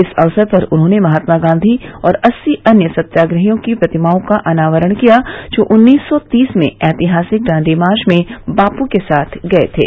इस अवसर पर उन्होंने महात्मा गांधी और अस्सी अन्य सत्याग्रहियों की प्रतिमाओं का अनावरण किया जो उन्नीस सौ तीस में ऐतिहासिक दांडी मार्च में बापू के साथ गये थे